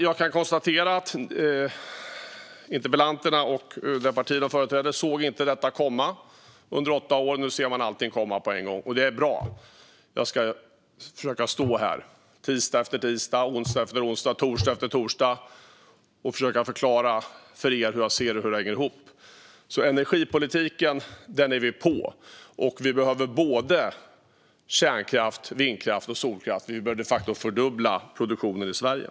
Jag kan konstatera att interpellanterna och det parti de företräder inte såg detta komma under åtta år. Nu ser man allting komma på en gång, och det är bra. Jag ska försöka stå här tisdag efter tisdag, onsdag efter onsdag och torsdag efter torsdag och försöka förklara för er hur jag ser att det hänger ihop. I energipolitiken är vi på, och vi behöver både kärnkraft, vindkraft och solkraft. Vi behöver de facto fördubbla produktionen i Sverige.